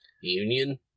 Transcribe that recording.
union